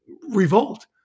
revolt